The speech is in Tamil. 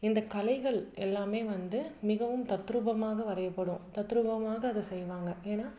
இந்த கலைகள் எல்லாம் வந்து மிகவும் தத்ரூபமாக வரையப்படும் தத்ரூபமாக அதை செய்வாங்க ஏன்னா